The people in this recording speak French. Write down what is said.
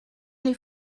les